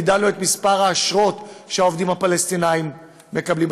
הגדלנו את מספר האשרות שהעובדים הפלסטינים מקבלים.